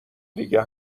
دیگه